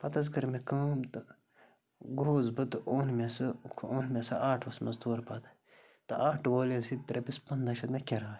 پَتہٕ حظ کٔر مےٚ کٲم تہٕ گوٚوُس بہٕ تہٕ اوٚن مےٚ سُہ اوٚن مےٚ سُہ آٹُوَس منٛز تورٕ پَتہٕ تہٕ آٹوٗ وٲلۍ حظ ہیٚتۍ رۄپیَس پَنٛداہ شَتھ مےٚ کِراے